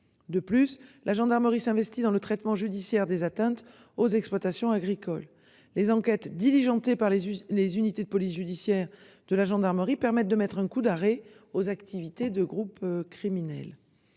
De plus, la gendarmerie s'investit dans le traitement judiciaire des atteintes aux exploitations agricoles, les enquêtes diligentées par les les unités de police judiciaire de la gendarmerie permettent de mettre un coup d'arrêt aux activités de groupes criminels.